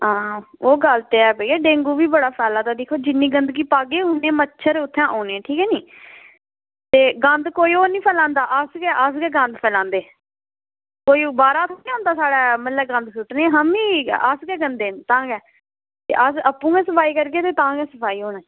ओह् गल्ल ते ऐ भइया डेंगू बी बड़ा पला दा जिन्नी गंदगी पागे मच्छर उत्थें औने ठीक ऐ नी गंद कोई होर निं फैलांदा अस गै अस गै फैलांदे कोई बाहरा थोह्ड़े औंदा साढ़े गंद सुट्टनै ई ते हम ई अस गै गंदे न तां गै ते अस आपूं गै सफाई करगे ते तां गै होना ऐ